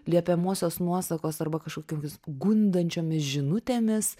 liepiamosios nuosakos arba kažkokiomis gundančiomis žinutėmis